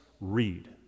read